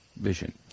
vision